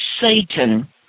Satan